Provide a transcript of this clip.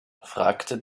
fragte